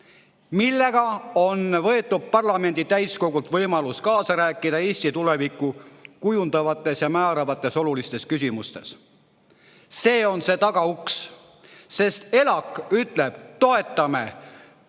millega on võetud parlamendi täiskogult võimalus kaasa rääkida Eesti tulevikku kujundavates ja määravates olulistes küsimustes. See on tagauks, sest ELAK ütleb, et toetame,